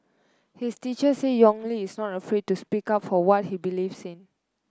his teacher say Yong Li is not afraid to speak up for what he believes in